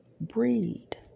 breed